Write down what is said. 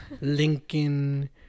Lincoln